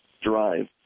Drive